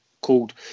called